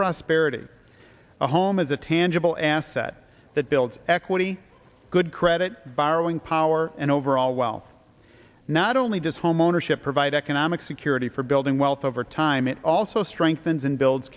prosperity a home is a tangible asset that builds equity good credit borrowing power and overall well not only does homeownership provide economic security for building wealth over time it also strengthens and builds